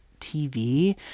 TV